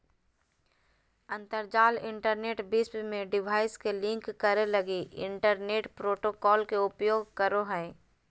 अंतरजाल इंटरनेट विश्व में डिवाइस के लिंक करे लगी इंटरनेट प्रोटोकॉल के उपयोग करो हइ